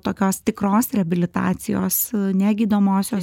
tokios tikros reabilitacijos ne gydomosios